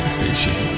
Station